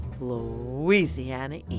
Louisiana